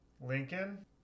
lincoln